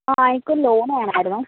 ആ എനിക്കൊരു ലോണ് വേണമായിരുന്നു